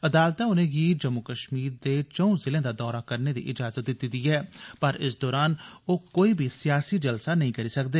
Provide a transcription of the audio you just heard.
अदालतै उनेंगी जम्मू कश्मीर दे चंऊ जिलें दा दौरा करने दी इजाजत दिती दी ऐ पर इस दौरान ओ कोई सियासी जलसा नेई करी सकदे